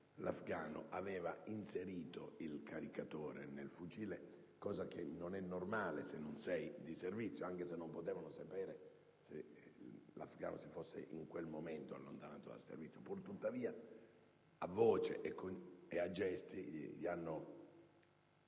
l'afgano aveva inserito il caricatore nel fucile, cosa che non è normale se non si è di servizio, anche se non potevano sapere se l'afgano si fosse in quel momento allontanato dal servizio. Tuttavia, a voce e a gesti, gli hanno